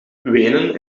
wenen